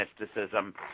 mysticism